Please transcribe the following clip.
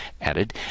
added